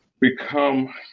become